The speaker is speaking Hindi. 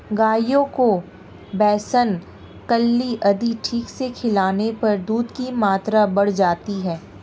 गायों को बेसन खल्ली आदि ठीक से खिलाने पर दूध की मात्रा बढ़ जाती है